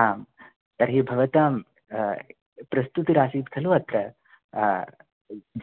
आम् तर्हि भवतां प्रस्तुतिरासीत् खलु